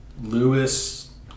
Lewis